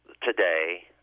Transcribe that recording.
today